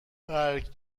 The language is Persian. برگ